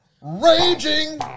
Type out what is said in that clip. Raging